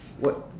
what